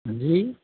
हाँ जी